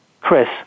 Chris